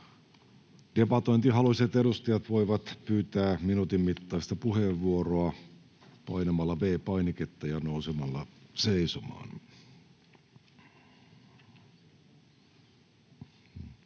Debatointihaluiset edustajat voivat pyytää minuutin mittaista puheenvuoroa painamalla V-painiketta ja nousemalla seisomaan.